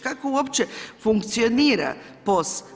Kako uopće funkcionira POS?